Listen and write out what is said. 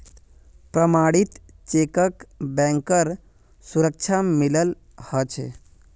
प्रमणित चेकक बैंकेर सुरक्षा मिलाल ह छे